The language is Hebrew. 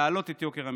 להעלות את יוקר המחיה.